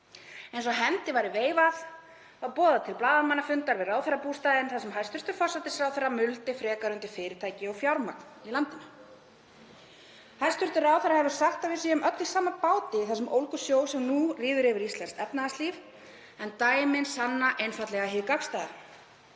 Eins og hendi væri veifað var boðað til blaðamannafundar við Ráðherrabústaðinn þar sem hæstv. forsætisráðherra muldi frekar undir fyrirtæki og fjármagn í landinu. Hæstv. ráðherra hefur sagt að við séum öll í sama báti í þessum ólgusjó sem nú ríður yfir íslenskt efnahagslíf, en dæmin sanna einfaldlega hið gagnstæða.